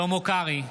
שלמה קרעי,